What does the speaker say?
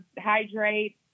hydrate